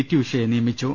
T ഉഷയെ നിയമിച്ചു